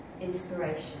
Inspiration